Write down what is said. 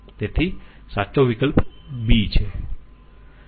તેથી સાચો વિકલ્પ b છે